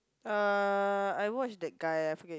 (uh)I watch that guy eh I forget